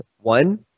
One